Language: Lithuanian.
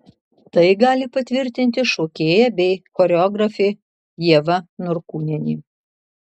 tai gali patvirtinti šokėja bei choreografė ieva norkūnienė